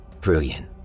Brilliant